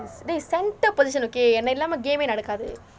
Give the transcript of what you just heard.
dey centre position okay என்னை இல்லாமே:ennai illaamae game eh நடக்காது:nadakkaathu